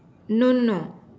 no no no